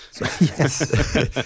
Yes